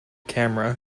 camera